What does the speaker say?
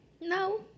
No